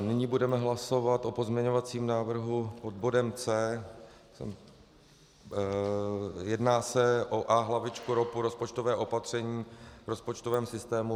Nyní budeme hlasovat o pozměňovacím návrhu pod bodem C. Jedná se o Ahlavičku ROPu, rozpočtové opatření v rozpočtovém systému.